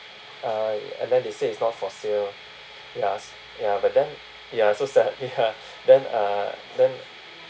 uh and then they say it's not for sale yes ya but then ya so sad ya then uh then